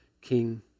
king